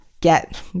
get